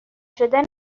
شدن